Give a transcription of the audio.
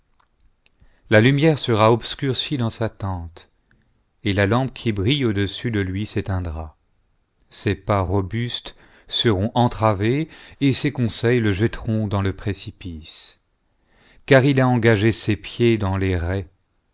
la lumière sera obscurcie dans sa tente et la lampe qui brille au-dessus de l lui séteindra ses pas robustes seront entravés et ses conseils le jetteront dans le précipice car il a engagé ses pieds dans les